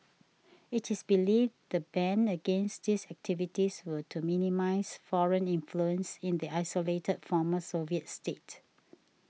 it is believed the ban against these activities were to minimise foreign influence in the isolated former Soviet state